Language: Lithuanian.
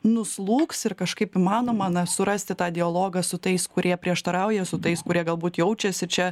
nuslūgs ir kažkaip įmanoma na surasti tą dialogą su tais kurie prieštarauja su tais kurie galbūt jaučiasi čia